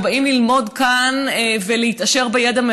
ובאים מהעולם ללמוד כאן ולהתעשר בידע.